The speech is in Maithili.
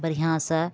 बढ़िआँसँ